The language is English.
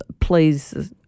please